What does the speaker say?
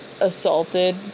assaulted